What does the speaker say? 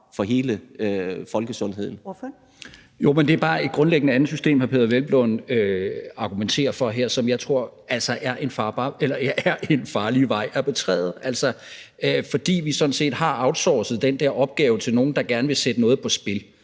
Martin Geertsen (V): Jo, men det er bare grundlæggende et andet system, hr. Peder Hvelplund argumenterer for her, som jeg tror er en farlig vej at betræde, fordi vi sådan set har outsourcet den der opgave til nogle, der gerne vil sætte noget på spil.